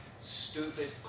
stupid